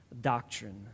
doctrine